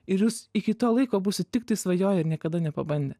ir jūs iki to laiko būsit tiktai svajoję ir niekada nepabandę